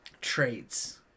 traits